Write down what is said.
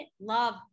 love